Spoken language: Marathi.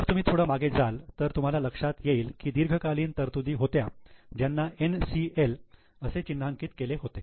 जर तुम्ही थोडं मागे जाल तर तुमच्या लक्षात येईल की दीर्घकालीन तरतुदी होत्या ज्यांना 'NCL' असे चिन्हांकित केले होते